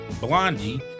Blondie